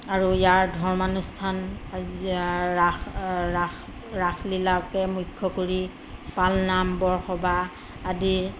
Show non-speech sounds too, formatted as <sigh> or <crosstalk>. আৰু ইয়াৰ ধৰ্মানুষ্ঠান <unintelligible> ৰাস ৰাস ৰাসলীলাকে মূখ্য কৰি পালনাম বৰসবাহ আদি